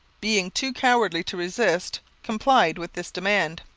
being too cowardly to resist, complied with this demand.